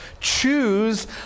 Choose